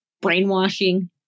brainwashing